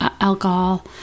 alcohol